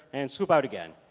and swoop out again.